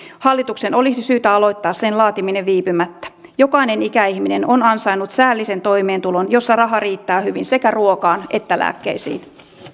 hallituksen olisi syytä aloittaa sen laatiminen viipymättä jokainen ikäihminen on ansainnut säällisen toimeentulon jossa raha riittää hyvin sekä ruokaan että lääkkeisiin